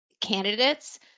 candidates